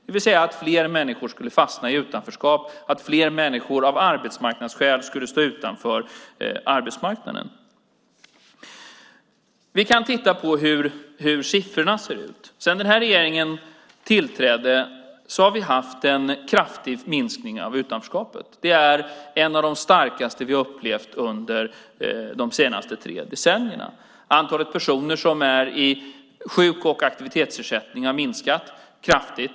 Det vill säga att fler människor skulle fastna i utanförskap och att fler människor av arbetsmarknadsskäl skulle stå utanför arbetsmarknaden. Vi kan titta på hur siffrorna ser ut. Sedan den här regeringen tillträdde har vi haft en kraftig minskning av utanförskapet. Det är en av de starkaste vi har upplevt under de senaste tre decennierna. Antalet personer i sjuk och aktivitetsersättning har minskat kraftigt.